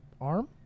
arm